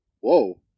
Whoa